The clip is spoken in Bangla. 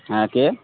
হ্যাঁ কে